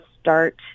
start